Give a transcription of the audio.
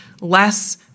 less